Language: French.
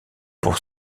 pour